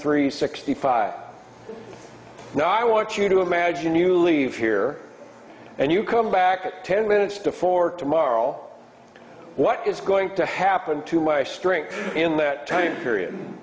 three sixty five now i want you to imagine you leave here and you come back in ten minutes before tomorrow what is going to happen to my strength in that time period